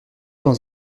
dans